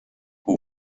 who